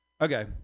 Okay